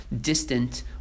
distant